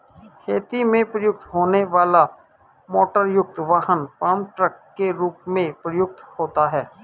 खेती में प्रयुक्त होने वाला मोटरयुक्त वाहन फार्म ट्रक के रूप में प्रयुक्त होता है